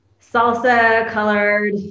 salsa-colored